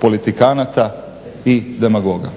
politikanata i demagoga.